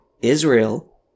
Israel